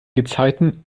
gezeiten